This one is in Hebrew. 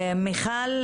מיכל